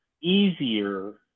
easier